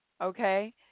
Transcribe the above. okay